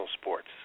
sports